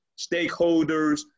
stakeholders